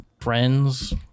friends